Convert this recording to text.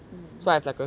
mm